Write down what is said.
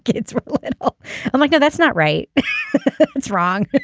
it's um like no that's not right it's wrong